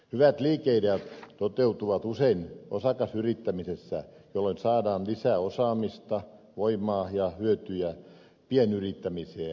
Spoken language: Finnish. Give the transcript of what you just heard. hyvät liikeideat toteutuvat usein osakasyrittämisessä jolloin saadaan lisää osaamista voimaa ja hyötyjä pienyrittämiseen